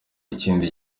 ikindi